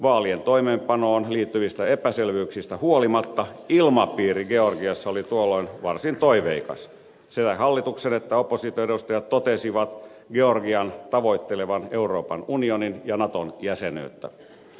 vaalien toimeenpanoon liittyvistä epäselvyyksistä huolimatta ilmapiiri georgiassa oli tuolloin varsin toiveikas sekä hallituksen että opposition edustajat totesivat georgian tavoittelevan euroopan unionin ja naton jäsenyyttä